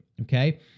okay